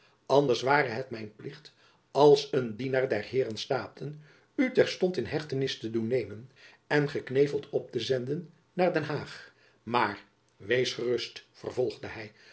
anders ware het mijn plicht als een dienaar der heeren staten u terstond in hechtenis te doen nemen en gekneveld op te zenden naar den haag maar jacob van lennep elizabeth musch wees gerust vervolgde hy